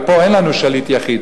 ופה אין לנו שליט יחיד,